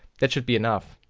that should be enough.